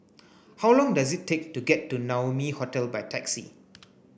how long does it take to get to Naumi Hotel by taxi